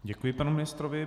Děkuji panu ministrovi.